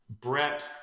Brett